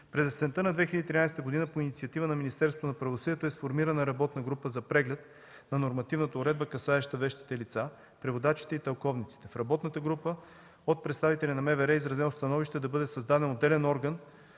През есента на 2013 г. по инициатива на Министерството на правосъдието е сформирана работна група за преглед на Нормативната уредба, касаеща вещите лица, преводачите и тълковниците. В работната група от представители е изразено становище да бъде създаден отделен орган